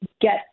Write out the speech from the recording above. get